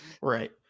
Right